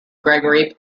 gregory